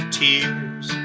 tears